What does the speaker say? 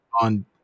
on